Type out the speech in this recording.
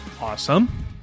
Awesome